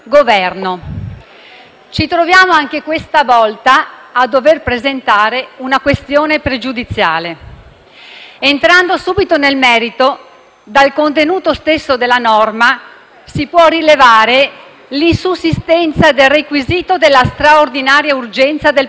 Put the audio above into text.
ci troviamo anche questa volta a dover presentare una questione pregiudiziale. Entrando subito nel merito, dal contenuto stesso della norma si può rilevare l'insussistenza del requisito della straordinaria urgenza del provvedimento,